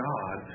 God